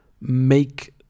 make